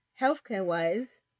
Healthcare-wise